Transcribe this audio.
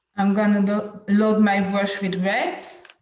i'm gonna and load my brush with red.